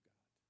God